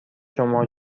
شما